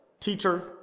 Teacher